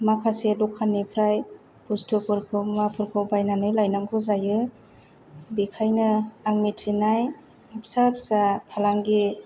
माखासे दखाननिफ्राय बुस्थुफोरखौ मुवाफोरखौ बायनानै लायनांगौ जायो बेखायनो आं मिथिनाय फिसा फिसा फालांगि